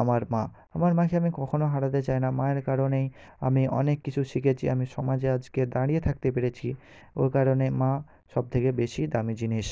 আমার মা আমার মাকে আমি কখনও হারাতে চাই না মায়ের কারণেই আমি অনেক কিছু শিখেছি আমি সমাজে আজকে দাঁড়িয়ে থাকতে পেরেছি ও কারণে মা সবথেকে বেশি দামি জিনিস